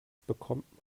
bekommt